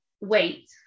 wait